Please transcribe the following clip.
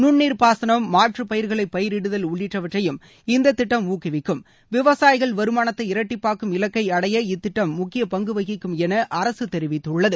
நுன்நீர் பாகனம் மாற்று பயிர்களை பயிரிடுதல் உள்ளிட்டவற்றையும் இந்த திட்டம் ஊக்குவிக்கும் விவசாயிகள் வருமானத்தை இரட்டிப்பாக்கும் இலக்கை அடைய இத்திட்டம் முக்கிய பங்கு வகிக்கும் என அரக தெரிவித்துள்ளது